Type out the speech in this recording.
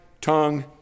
tongue